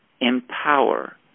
empower